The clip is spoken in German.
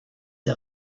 der